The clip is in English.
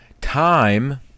time